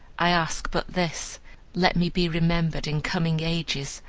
i ask but this let me be remembered in coming ages,